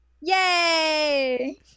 Yay